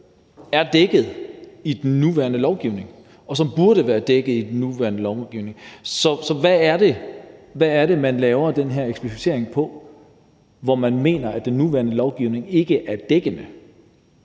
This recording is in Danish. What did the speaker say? er dækket i den nuværende lovgivning, og som burde være dækket i den nuværende lovgivning, så hvad er det, man laver den her eksplicitering på, hvor man mener, at den nuværende lovgivning ikke er dækkende?